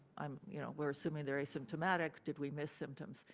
um you know we're assuming they're asymptomatic. did we miss symptoms?